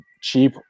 cheap